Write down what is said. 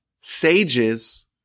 sages